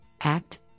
act